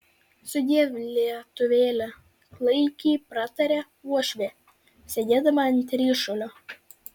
sudiev lietuvėle klaikiai pratarė uošvė sėdėdama ant ryšulio